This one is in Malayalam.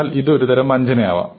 എന്നാൽ ഇത് ഒരുതരം വഞ്ചനയാകാം